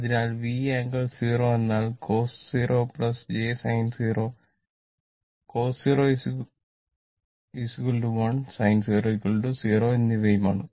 അതിനാൽ V angle 0 എന്നാൽ cos 0 j sin 0 cos 0 1 sin 0 0 എന്നിവയാണ്